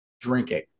drinking